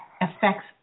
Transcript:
affects